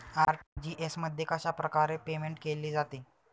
RTGS मध्ये कशाप्रकारे payment केले जाते?